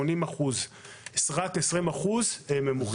רק 20% ממוחזר.